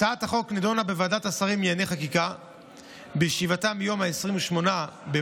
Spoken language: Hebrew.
הצעת החוק נדונה בוועדת השרים לענייני חקיקה בישיבתה מיום 28 במאי